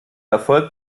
erfolg